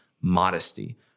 modesty